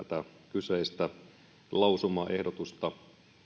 kyseistä lausumaehdotusta